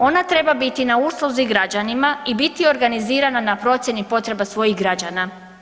Ona treba biti na usluzi građanima i biti organizirana na procjeni potreba svojih građana.